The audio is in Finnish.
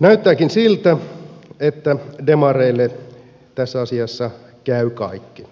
näyttääkin siltä että demareille tässä asiassa käy kaikki